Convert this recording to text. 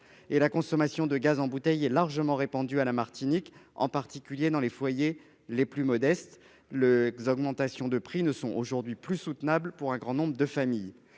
La consommation de gaz en bouteilles est largement répandue à la Martinique, en particulier dans les foyers les plus modestes. Les augmentations de prix ne sont plus soutenables pour un grand nombre de familles.